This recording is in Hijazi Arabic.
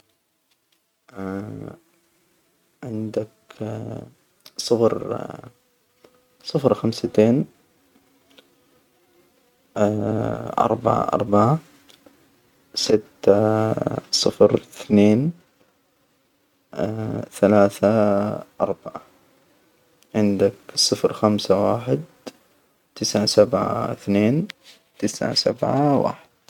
عندك صفر. صفر، خمستين، اربعة اربعة، ستة، صفر، اثنين، ثلاثة، اربعة، عندك صفر، خمسة، واحد، تسعة، سبعة، اثنين، تسعة، سبعة، واحد.